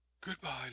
Goodbye